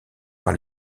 par